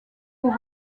pour